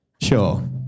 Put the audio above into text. Sure